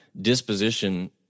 disposition